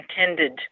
intended